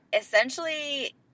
essentially –